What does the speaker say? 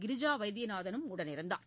கிரிஜா வைத்தியநாதன் உடன் இருந்தார்